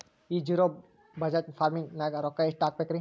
ಈ zero budget farming ನಾಗ್ ರೊಕ್ಕ ಎಷ್ಟು ಹಾಕಬೇಕರಿ?